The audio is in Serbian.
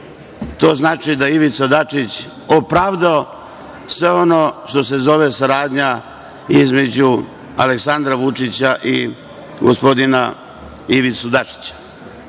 to znači da je Ivica Dačić opravdao sve ono što se zove saradnja između Aleksandra Vučića i gospodina Ivice